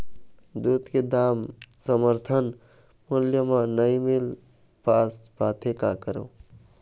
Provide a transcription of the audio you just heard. दूध के दाम समर्थन मूल्य म नई मील पास पाथे, का करों?